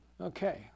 Okay